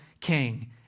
king